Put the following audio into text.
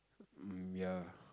um ya